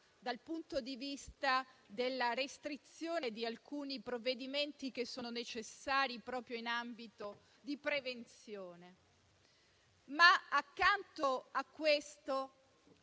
dal punto di vista della restrizione di alcuni provvedimenti necessari proprio in ambito di prevenzione. Accanto a questo,